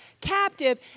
Captive